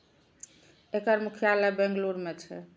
एकर मुख्यालय बेंगलुरू मे छै